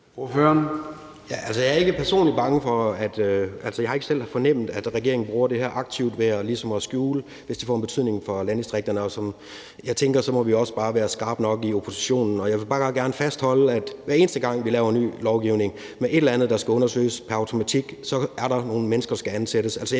og har ikke selv fornemmet, at regeringen bruger det her aktivt til ligesom at skjule det, hvis det får en betydning for landdistrikterne. Og jeg tænker, at så må vi også bare være skarpe nok i oppositionen. Jeg vil bare meget gerne fastholde, at hver eneste gang vi laver ny lovgivning med et eller andet, der skal undersøges pr. automatik, er der nogle mennesker, der skal ansættes.